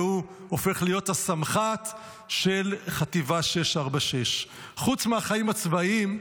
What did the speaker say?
והוא הופך להיות הסמח"ט של חטיבה 646. חוץ מהחיים הצבאיים,